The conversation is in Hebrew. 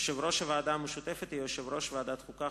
יושב-ראש הוועדה המשותפת יהיה יושב-ראש ועדת החוקה,